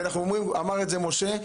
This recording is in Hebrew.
אמר את זה משה,